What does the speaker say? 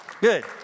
good